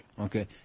Okay